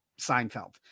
Seinfeld